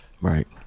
Right